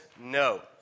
no